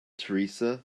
teresa